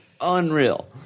Unreal